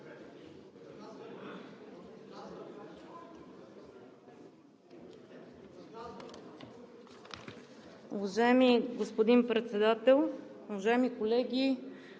Уважаеми господин Председател, уважаеми колеги!